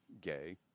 gay